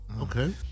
Okay